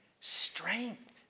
strength